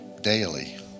daily